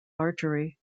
archery